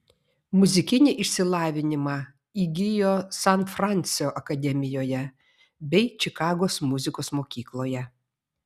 muzikinį išsilavinimą įgijo san fransio akademijoje bei čikagos muzikos mokykloje